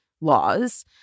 laws